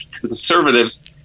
conservatives